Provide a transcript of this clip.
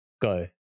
go